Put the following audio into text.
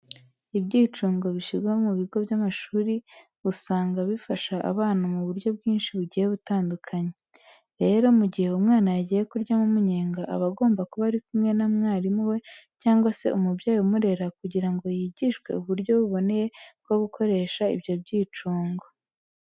Ibyicungo bishyirwa ku bigo by'amashuri, usanga bifasha abana mu buryo bwinshi bugiye butandukanye. Rero, mu gihe umwana yagiye kuryamo umunyenga, aba agomba kuba ari kumwe na mwarimu we cyangwa se umubyeyi umurera kugira ngo yigishwe uburyo buboneye bwo gukoresha ibyo byicungo.